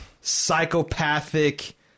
psychopathic